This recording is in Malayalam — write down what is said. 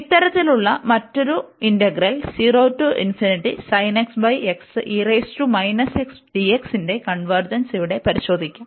ഇത്തരത്തിലുള്ള മറ്റൊരു ന്റെ കൺവെർജെൻസ് ഇവിടെ പരിശോധിക്കാം